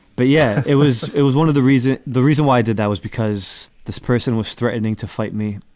but. yeah, it was. it was one of the reasons. the reason why i did that was because this person was threatening to fight me.